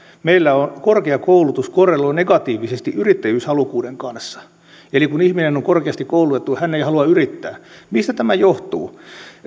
meillä korkea koulutus korreloi negatiivisesti yrittäjyyshalukkuuden kanssa eli kun ihminen on korkeasti koulutettu hän ei halua yrittää mistä tämä johtuu